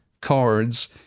cards